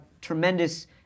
tremendous